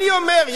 אני אומר,